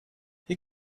you